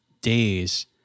days